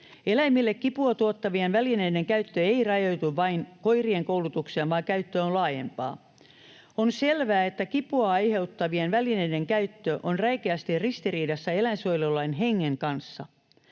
Eläimille kipua tuottavien välineiden käyttö ei rajoitu vain koirien koulutukseen, vaan käyttö on laajempaa. On selvää, että kipua aiheuttavien välineiden käyttö on räikeästi ristiriidassa eläinsuojelulain hengen kanssa.